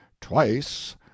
twice